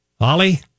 Ollie